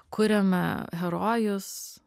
kuriame herojus